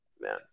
Man